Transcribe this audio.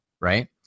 right